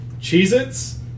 Cheez-Its